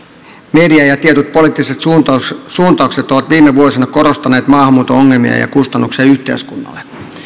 media ja tietyt poliittiset suuntaukset suuntaukset ovat viime vuosina korostaneet maahanmuuton ongelmia ja kustannuksia yhteiskunnalle